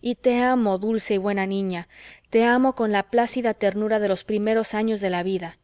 y te amo dulce y buena niña te amo con la plácida ternura de los primeros años de la vida